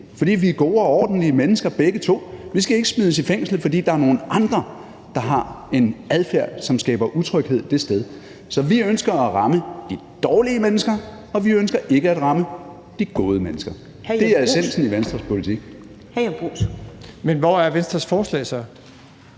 fordi vi er gode og ordentlige mennesker begge to. Vi skal ikke smides i fængsel, fordi der er nogle andre, der har en adfærd, som skaber utryghed det sted. Så vi ønsker at ramme de dårlige mennesker, og vi ønsker ikke at ramme de gode mennesker. Det er essensen i Venstres politik. Kl. 11:28 Første næstformand